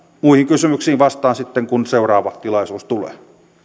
muihin kysymyksiin vastaan sitten kun seuraava tilaisuus tulee